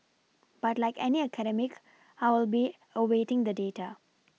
but like any academic I will be awaiting the data